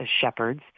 shepherds